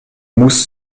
mousse